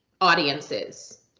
audiences